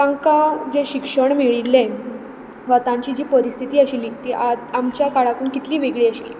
तांकां जें शिक्षण मेळिल्लें वा तांची जी परिस्थिती आशिल्ली ती आमच्या काळाकून कितली वेगळी आशिल्ली